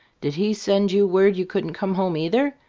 did he send you word you couldn't come home, either?